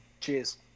Cheers